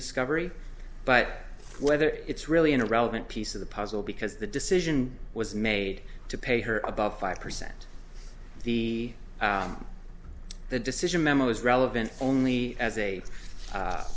discovery but whether it's really an irrelevant piece of the puzzle because the decision was made to pay her about five percent the the decision memo is relevant only as a